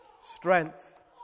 strength